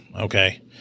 Okay